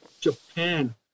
Japan